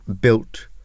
built